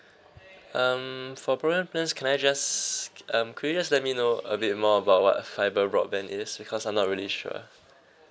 ya um for broadband plans can I just skip um could you just let me know a bit more about what fiber broadband is because I'm not really sure